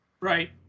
Right